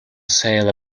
sail